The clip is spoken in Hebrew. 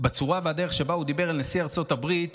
בצורה ובדרך שבהן הוא דיבר אל נשיא ארצות הברית,